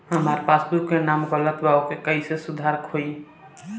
हमार पासबुक मे नाम गलत बा ओके कैसे सुधार होई?